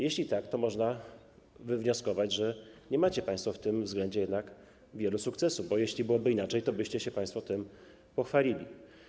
Jeśli tak, to można wywnioskować, że nie macie państwo w tym względzie jednak wielu sukcesów, bo jeśli byłoby inaczej, tobyście się państwo tym pochwalili.